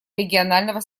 регионального